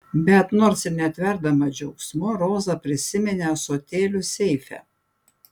bet nors ir netverdama džiaugsmu roza prisiminė ąsotėlius seife